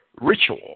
ritual